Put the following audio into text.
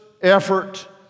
effort